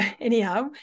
anyhow